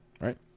right